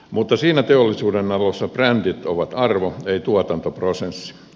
mutta sillä teollisuudenalalla brändit ovat arvo ei tuotantoprosessi